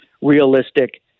realistic